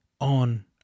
on